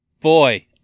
boy